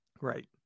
Right